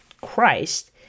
Christ